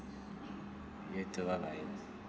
you too bye bye